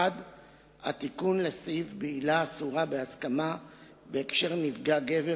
1. התיקון לסעיף בעילה אסורה בהסכמה בהקשר לנפגע גבר